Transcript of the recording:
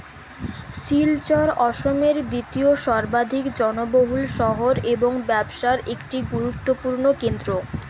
শিলচর অসমের দ্বিতীয় সর্বাধিক জনবহুল শহর এবং ব্যবসার একটি গুরুত্বপূর্ণ কেন্দ্র